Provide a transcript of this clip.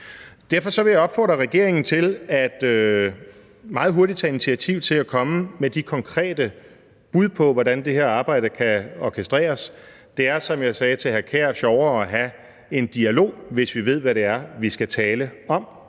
Derfor vil jeg opfordre regeringen til meget hurtigt at tage initiativ til at komme med de konkrete bud på, hvordan det her arbejde kan orkestreres. Det er, som jeg sagde til hr. Kasper Sand Kjær, sjovere at have en dialog, hvis vi ved, hvad det er, vi skal tale om.